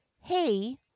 Hey